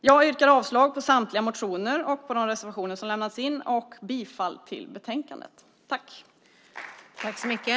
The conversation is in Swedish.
Jag yrkar avslag på samtliga motioner och de reservationer som har lämnats in och bifall till förslagen i betänkandet.